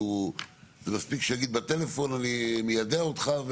מספיק שאגיד בטלפון "אני מיידע אותך",